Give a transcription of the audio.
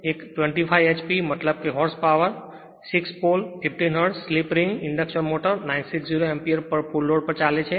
એક 25 h p મતલબ કે horse power 6 pole 50 hertz slip ring induction motor 960 એમ્પીયરપર ફુલ લોડ પર ચાલે છે